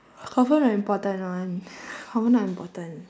confirm not important [one] confirm not important